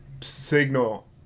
signal